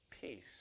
peace